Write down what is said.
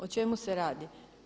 O čemu se radi?